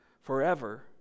forever